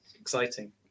exciting